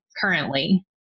currently